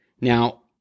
Now